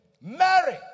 Mary